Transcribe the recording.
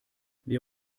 wir